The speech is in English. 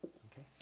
okay.